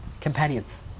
companions